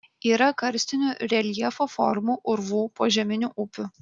yra karstinių reljefo formų urvų požeminių upių